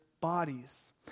Bodies